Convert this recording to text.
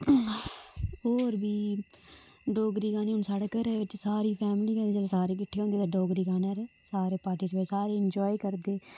होर बी डोगरी गाने हुन साढ़े घरै बिच सारी फैमली गै जिल्लै सारे किट्ठे होंदे ते सारे डोगरी पर सारे पार्टिसिपेट सारे इंजाय करदे